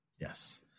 Yes